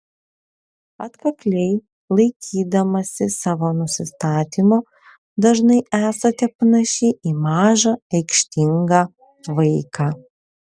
atkakliai laikydamasi savo nusistatymo dažnai esate panaši į mažą aikštingą vaiką